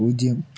പൂജ്യം